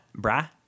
brah